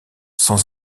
sans